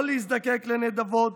לא להזדקק לנדבות